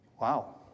Wow